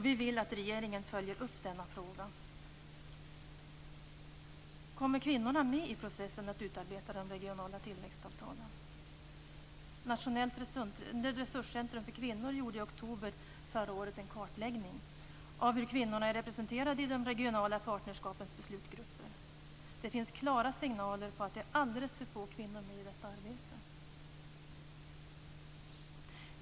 Vi vill att regeringen följer upp denna fråga. Kommer kvinnorna med i processen med att utarbeta de regionala tillväxtavtalen? Nationellt resurscentrum för kvinnor gjorde i oktober förra året en kartläggning av hur kvinnorna är representerade i de regionala partnerskapens beslutsgrupper. Det finns klara signaler om att det är alldeles för få kvinnor med i detta arbete.